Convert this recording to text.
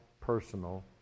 personal